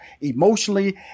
emotionally